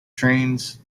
trains